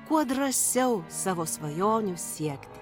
kuo drąsiau savo svajonių siekti